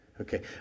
Okay